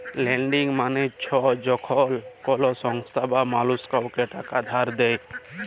lending মালে চ্ছ যখল কল সংস্থা বা মালুস কাওকে টাকা ধার দেয়